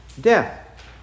death